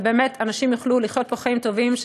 ובאמת אנשים יוכלו לחיות פה חיים טובים,